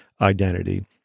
identity